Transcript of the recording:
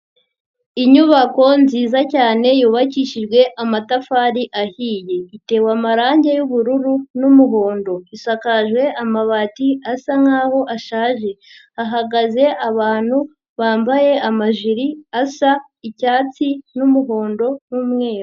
Inyubako nziza cyane yubakishijwe amatafari ahiye. Itewe amarangi y'ubururu n'umuhondo. Isakajwe amabati asa nkaho ashaje. Hahagaze abantu bambaye amajiri asa icyatsi n'umuhondo n'umweru.